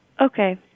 Okay